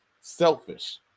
selfish